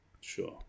Sure